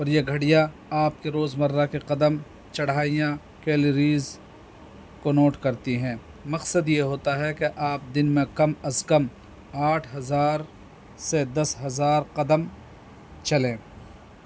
اور یہ گھڑیاں آپ کے روز مرہ کے قدم چڑھائیاں کیلریز کو نوٹ کرتی ہیں مقصد یہ ہوتا ہے کہ آپ دن میں کم از کم آٹھ ہزار سے دس ہزار قدم چلیں